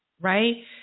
right